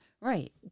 Right